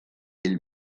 ell